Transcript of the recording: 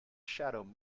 shadow